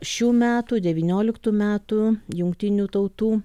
šių metų devynioliktų metų jungtinių tautų